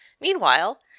Meanwhile